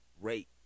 rate